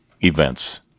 events